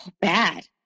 bad